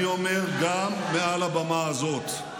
אני אומר גם מעל הבמה הזאת: